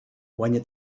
guanya